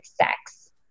sex